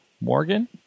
Morgan